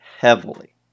heavily